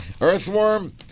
earthworm